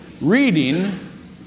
reading